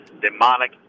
demonic